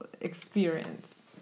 experience